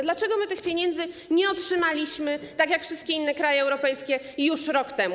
Dlaczego tych pieniędzy nie otrzymaliśmy, tak jak wszystkie inne kraje europejskie już rok temu?